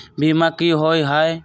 बीमा की होअ हई?